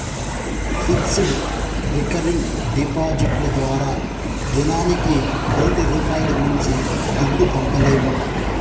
fixed, recurring డిపాడిట్లు ద్వారా దినానికి కోటి రూపాయిలు మించి దుడ్డు పంపలేము